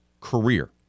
career